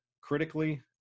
critically